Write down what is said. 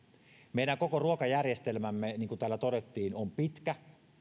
meidän koko ruokajärjestelmämme niin kuin täällä todettiin on pitkä